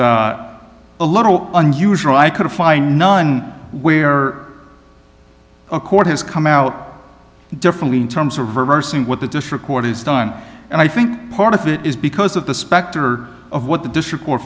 a little unusual i could find no one where a court has come out differently in terms of reversing what the district court is done and i think part of it is because of the specter of what the district or